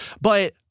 But-